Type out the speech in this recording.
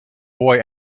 boy